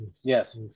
Yes